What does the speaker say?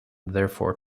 therefore